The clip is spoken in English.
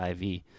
IV